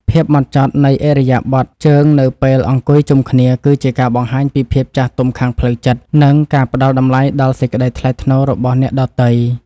ភាពហ្មត់ចត់នៃឥរិយាបថជើងនៅពេលអង្គុយជុំគ្នាគឺជាការបង្ហាញពីភាពចាស់ទុំខាងផ្លូវចិត្ត និង ការផ្តល់តម្លៃដល់សេចក្តីថ្លៃថ្នូររបស់អ្នកដទៃ។